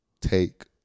take